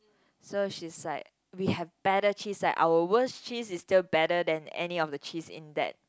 so she's like we have better cheese like our worst cheese is still better than any of the cheese in that